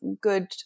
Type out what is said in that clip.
good